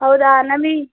ಹೌದಾ ನಮೀ